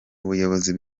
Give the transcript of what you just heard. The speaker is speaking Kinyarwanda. ubuyobozi